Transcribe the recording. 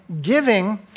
giving